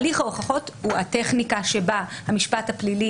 הליך ההוכחות הוא הטכניקה שבה המשפט הפלילי